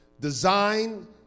Design